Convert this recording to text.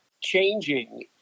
changing